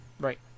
Right